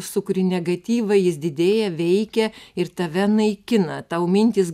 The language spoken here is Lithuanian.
sukuri negatyvą jis didėja veikia ir tave naikina tau mintys